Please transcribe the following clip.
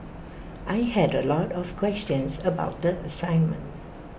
I had A lot of questions about the assignment